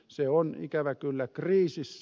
se on ikävä kyllä kriisissä